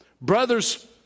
Brothers